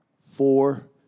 four